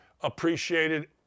appreciated